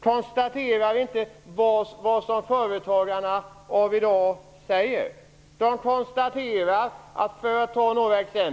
Hör hon inte vad dagens företagare säger?